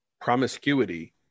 promiscuity